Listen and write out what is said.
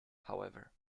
however